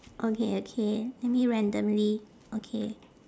okay okay let me randomly okay